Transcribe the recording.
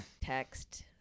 text